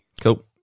Cool